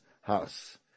house